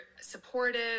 supportive